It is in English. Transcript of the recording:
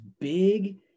big